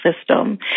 system